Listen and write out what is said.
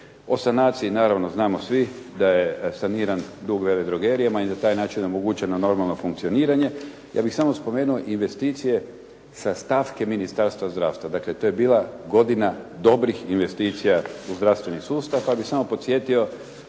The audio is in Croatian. O sanaciji naravno znamo svi da je saniran dug veledrogerijama i na taj način omogućeno normalno funkcioniranje. Ja bih samo spomenuo investicije sa stavke Ministarstva zdravstva. Dakle to je bila godina dobrih investicija u zdravstveni sustav, pa bih samo podsjetio